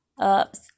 ups